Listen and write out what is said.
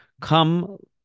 Come